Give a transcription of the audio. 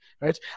right